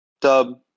Dub